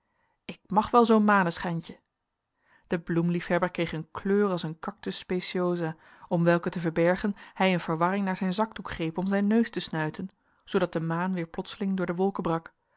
ik mag wel zoo'n maneschijntje de bloemliefhebber kreeg een kleur als een cactus speciosa om welke te verbergen hij in verwarring naar zijn zakdoek greep om zijn neus te snuiten zoodat de maan weer plotseling door de wolken brak